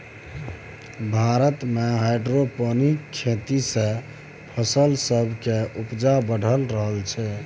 भारत मे हाइड्रोपोनिक खेती सँ फसल सब केर उपजा बढ़ि रहल छै